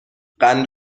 قند